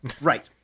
Right